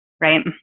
right